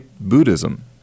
Buddhism